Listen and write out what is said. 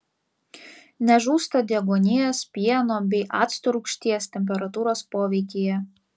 nežūsta deguonies pieno bei acto rūgšties temperatūros poveikyje